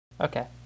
Okay